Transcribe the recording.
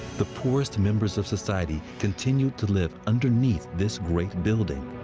the poorest members of society continued to live underneath this great building.